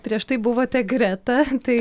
prieš tai buvote greta tai